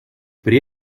при